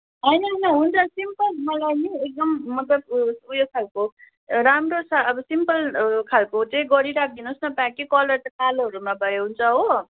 होइन होइन हुन्छ सिम्पल मलाई नि एकदम मतलब ऊ यो खालको राम्रो छ अब सिम्पल खालको चाहिँ गरी राख्दिनुहोस् न प्याक कि कलर त कालोहरूमा भए हुन्छ हो